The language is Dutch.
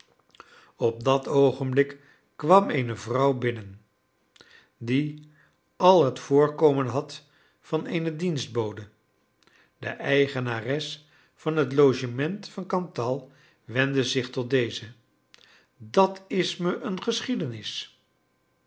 op dat oogenblik kwam eene vrouw binnen die al het voorkomen had van eene dienstbode de eigenares van het logement van cantal wendde zich tot deze dat is me een geschiedenis